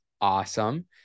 awesome